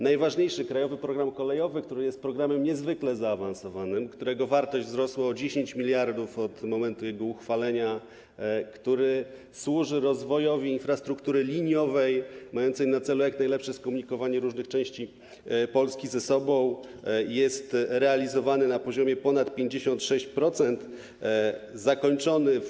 Najważniejszy, „Krajowy program kolejowy”, który jest programem niezwykle zaawansowanym, którego wartość wzrosła o 10 mld od momentu jego uchwalenia, który służy rozwojowi infrastruktury liniowej, mającej na celu jak najlepsze skomunikowanie różnych części Polski ze sobą, jest realizowany na poziomie ponad 56%, zakończony w